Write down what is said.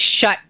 shut